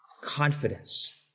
confidence